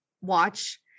watch